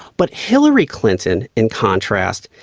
but hillary clinton, in contrast,